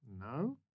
No